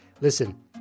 listen